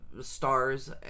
stars